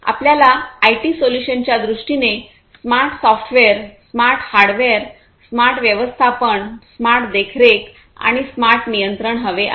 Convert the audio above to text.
आपल्याला IT solution च्या दृष्टीने smart software smart hardware smart व्यवस्थापन स्मार्ट देखरेख आणि स्मार्ट नियंत्रण हवे आहे